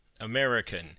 American